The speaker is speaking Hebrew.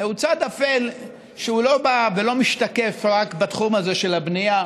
הוא צד אפל שהוא לא בא ולא משתקף רק בתחום הזה של הבנייה.